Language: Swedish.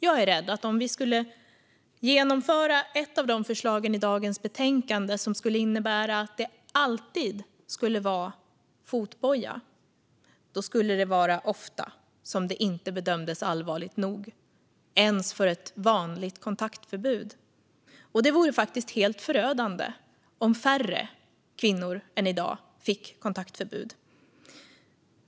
Jag är rädd för att om vi genomför det förslag i dagens betänkande som innebär att det alltid ska vara fotboja kommer det ännu mer ofta att bedömas som inte allvarligt nog ens för ett kontaktförbud. Det vore helt förödande om färre kvinnor än i dag fick kontaktförbud.